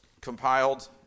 compiled